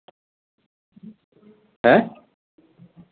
অ্যাঁ